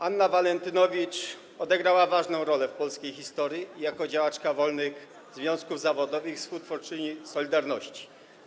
Anna Walentynowicz odegrała ważną rolę w polskiej historii jako działaczka wolnych związków zawodowych i współtwórczyni „Solidarności”